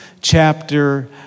chapter